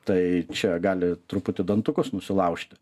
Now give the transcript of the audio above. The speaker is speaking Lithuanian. tai čia gali truputį dantukus nusilaužti